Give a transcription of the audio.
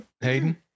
Hayden